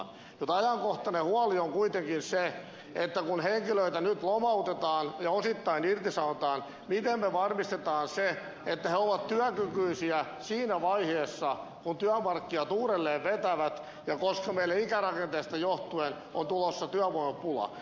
mutta ajankohtainen huoli on kuitenkin se kun henkilöitä nyt lomautetaan ja osittain irtisanotaan miten me varmistamme sen että he ovat työkykyisiä siinä vaiheessa kun työmarkkinat uudelleen vetävät koska meille ikärakenteesta johtuen on tulossa työvoimapula